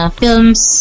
films